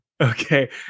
Okay